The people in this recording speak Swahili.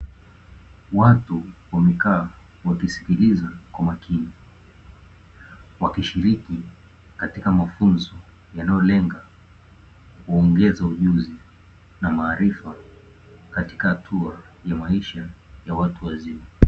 Watu wamekaa wakisikiliza kwa makini, wakishiriki katika mafunzo yanayolenga kuongeza ujuzi na maarifa katika hatua ya maisha ya watu wazima.